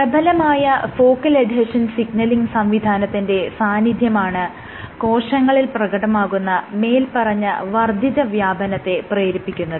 പ്രബലമായ focal adhesion signalling സംവിധാനത്തിന്റെ സാന്നിധ്യമാണ് കോശങ്ങളിൽ പ്രകടമാകുന്ന മേല്പറഞ്ഞ വർദ്ധിത വ്യാപനത്തെ പ്രേരിപ്പിക്കുന്നത്